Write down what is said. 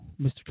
Mr